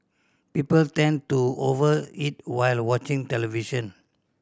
people tend to over eat while watching television